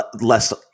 less